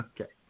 Okay